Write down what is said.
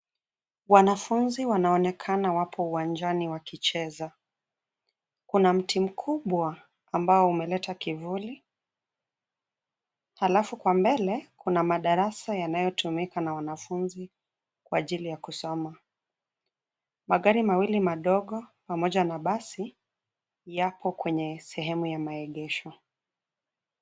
Wanafunzi wanaonekana wapo uwanjani wakicheza. Kuna mti mkubwa ambao unaleta kivuli, alafu pa mbele kuna madarasa yanayotumika na wanafunzi kwa ajili ya kusoma. Magari mawili madogo pamoja na basi yapo kwenye sehemu ya maegesho.